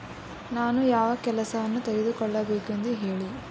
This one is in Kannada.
ನಾನು ಯಾವ ಕೆಲಸವನ್ನು ತೆಗೆದುಕೊಳ್ಳಬೇಕೆಂದು ಹೇಳಿ